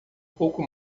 pouco